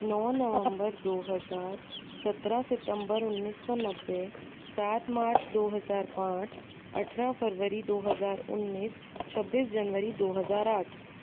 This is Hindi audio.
नौ नवम्बर दो हज़ार सत्रह सितम्बर उन्नीस सौ नब्बे सात मार्च दो हज़ार पाँच अठारह फरवरी दो हज़ार उन्नीस छब्बीस जनवरी दो हज़ार आठ